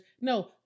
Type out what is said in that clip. No